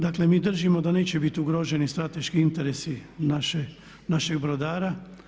Dakle, mi držimo da neće biti ugroženi strateški interesi naših brodara.